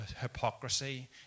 hypocrisy